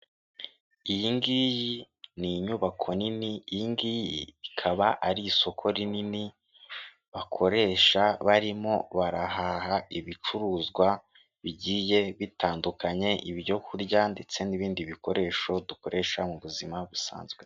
Iyi ngiyi ni inyubako nini iyi ngiyi ikaba ari isoko rinini bakoresha barimo barahaha ibicuruzwa, bigiye bitandukanye, ibyo kurya ndetse n'ibindi bikoresho dukoresha mu buzima busanzwe.